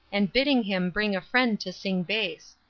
and bidding him bring a friend to sing bass.